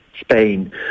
Spain